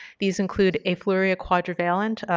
these include afluria quadrivalent,